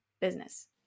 business